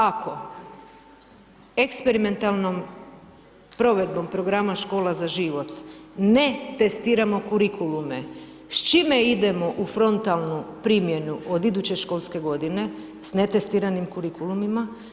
Ako eksperimentalnom provedbom programa škola za život ne testiramo kurikulume s čime idemo u frontalnu primjenu od iduće školske godine s netestiranim kurikuluma?